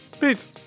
Peace